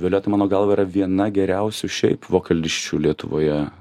violeta mano galva yra viena geriausių šiaip vokalisčių lietuvoje